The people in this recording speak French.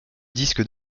disques